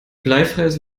bleifreies